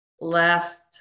last